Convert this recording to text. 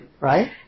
Right